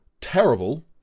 terrible